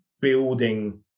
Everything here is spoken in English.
building